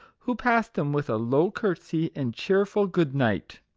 who passed him with a low curtsey and cheer ful good night.